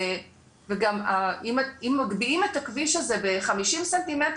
וגם אם מגביהים את הכביש הזה ב-50 ס"מ,